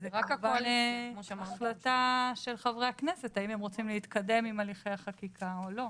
אבל זו החלטה של חברי הכנסת האם הם רוצים להתקדם עם הליכי החקיקה או לא.